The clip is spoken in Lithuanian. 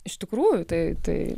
iš tikrųjų tai tai